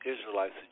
Israelites